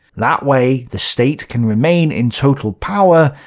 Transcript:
that way the state can remain in total power,